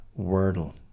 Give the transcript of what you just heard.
wordle